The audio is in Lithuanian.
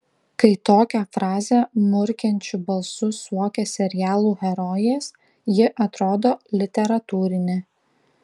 kai tokią frazę murkiančiu balsu suokia serialų herojės ji atrodo literatūrinė